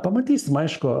pamatysim aišku